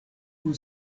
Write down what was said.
kun